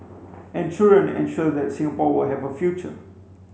and children ensure that Singapore will have a future